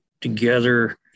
together